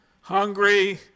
hungry